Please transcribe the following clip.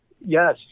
Yes